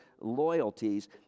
loyalties